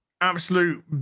Absolute